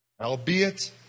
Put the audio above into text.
albeit